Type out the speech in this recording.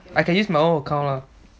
I can use my own account lah